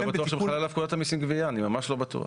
אני לא בטוח